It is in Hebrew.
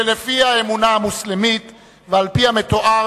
שלפי האמונה המוסלמית ועל-פי המתואר